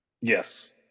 Yes